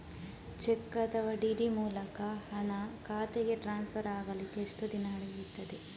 Check ಅಥವಾ DD ಮೂಲಕ ಹಣ ಖಾತೆಗೆ ಟ್ರಾನ್ಸ್ಫರ್ ಆಗಲಿಕ್ಕೆ ಎಷ್ಟು ದಿನ ಹಿಡಿಯುತ್ತದೆ?